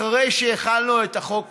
אחרי שהחלנו את החוק